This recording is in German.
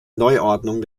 neuordnung